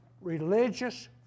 religious